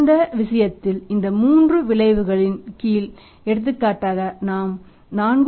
இந்த விஷயத்தில் இந்த மூன்று விளைவுகளின் கீழ் எடுத்துக்காட்டாக நாம் 4